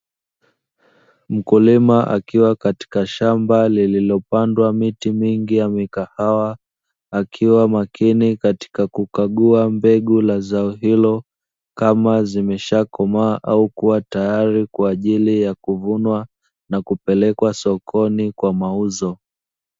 Mkulima akiwa katika shamba lililopandwa miti mingi ya mikahawa, akiwa makini katika kukagua mbegu za zao hilo kama zimesha komaa au kua tayari kwa ajiri ya kuvunwa na kupelekwa sokoni kwa mauzo.